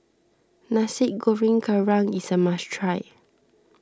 Nasi Goreng Kerang is a must try